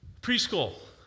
Preschool